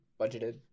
budgeted